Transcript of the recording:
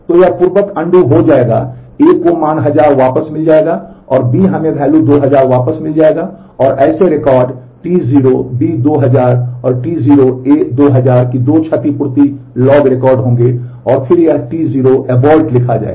तो यह पूर्ववत 2000 वापस मिल जाएगा और ऐसे रिकॉर्ड T0 B 2000 और T0 A 2000 कि दो क्षतिपूर्ति लॉग रिकॉर्ड होंगे और फिर यह T0 abort लिखा जाएगा